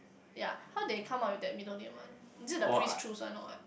ya how they come up with that middle name one is it the priest choose one or what